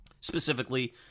specifically